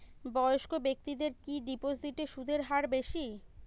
বয়স্ক ব্যেক্তিদের কি ডিপোজিটে সুদের হার বেশি?